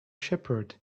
shepherd